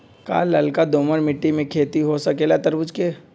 का लालका दोमर मिट्टी में खेती हो सकेला तरबूज के?